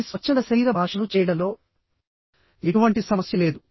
ఈ స్వచ్ఛంద శరీర భాషను చేయడంలో ఎటువంటి సమస్య లేదు